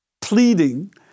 pleading